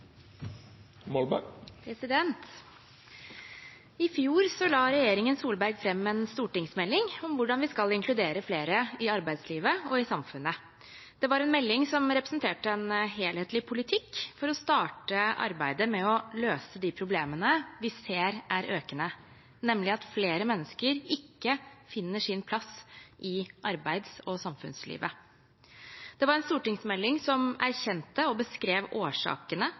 6. I fjor la regjeringen Solberg fram en stortingsmelding om hvordan vi skal inkludere flere i arbeidslivet og i samfunnet. Det var en melding som representerte en helhetlig politikk for å starte arbeidet med å løse de problemene vi ser er økende, nemlig at flere mennesker ikke finner sin plass i arbeids- og samfunnslivet. Det var en stortingsmelding som erkjente og beskrev årsakene